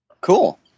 cool